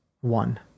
one